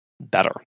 Better